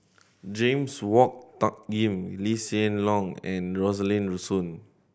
James Wong Tuck Yim Lee Hsien Loong and Rosaline Soon